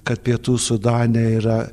kad pietų sudane yra